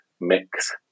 mix